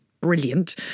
brilliant